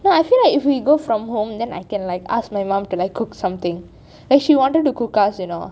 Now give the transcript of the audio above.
no I feel like if we go from home then I can like ask my mum can I cook something like she wanted to cook us you know